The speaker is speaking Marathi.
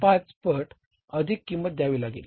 5 पट अधिक किंमत द्यावी लागेल